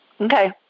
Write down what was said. Okay